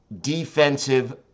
Defensive